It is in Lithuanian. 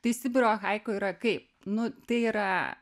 tai sibiro haiku yra kaip nu tai yra